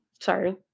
Sorry